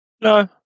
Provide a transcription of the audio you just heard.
No